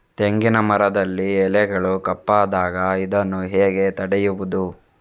ತೆಂಗಿನ ಮರದಲ್ಲಿ ಎಲೆಗಳು ಕಪ್ಪಾದಾಗ ಇದನ್ನು ಹೇಗೆ ತಡೆಯುವುದು?